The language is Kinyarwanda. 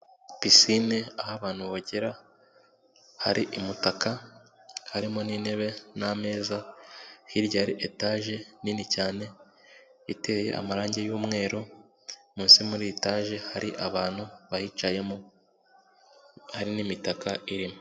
Pisine aho abantu bogera, hari imutaka harimo n'intebe n'ameza, hirya etage nini cyane iteye amarangi y'umweru, munsi muri etage hari abantu bayicayemo hari n'imitaka irimo.